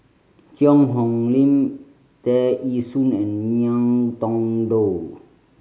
Cheang Hong Lim Tear Ee Soon and Ngiam Tong Dow